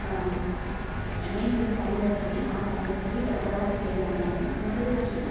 ஆ name வந்து Tamilarasi R Tamilarasi daughter of K Ramanathan middle street